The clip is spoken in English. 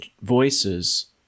voices